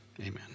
Amen